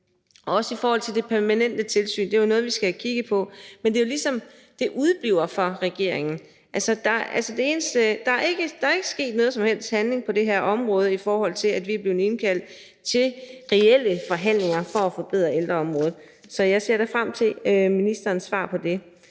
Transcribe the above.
også i forhold til det permanente tilsyn? Det er jo noget, vi skal have kigget på, men det er, som om det udebliver fra regeringens side. Der er ikke sket nogen som helst handling på det her område, i forhold til at vi bliver indkaldt til reelle forhandlinger for at forbedre ældreområdet. Så jeg ser da frem til ministerens svar på,